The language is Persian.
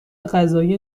قضایی